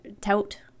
tout